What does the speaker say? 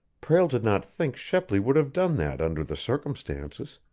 prale did not think shepley would have done that under the circumstances.